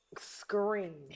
scream